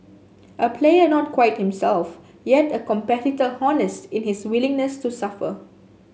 a player not quite himself yet a competitor honest in his willingness to suffer